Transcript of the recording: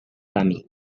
kami